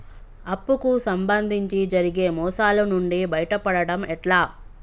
అప్పు కు సంబంధించి జరిగే మోసాలు నుండి బయటపడడం ఎట్లా?